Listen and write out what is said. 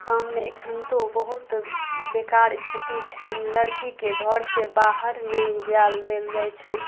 गाममे एखन तऽ बहुत बेकार स्थिति छनि लड़कीके घर से बाहर नहि देल जाइ छनि